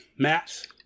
Matt